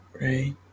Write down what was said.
right